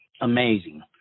amazing